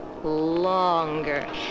Longer